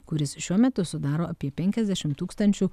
kuris šiuo metu sudaro apie penkiasdešimt tūkstančių